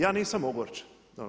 Ja nisam ogorčen.